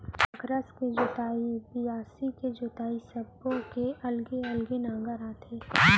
अकरस जोतई, बियासी के जोतई सब्बो के अलगे अलगे नांगर आथे